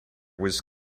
was